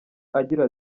agira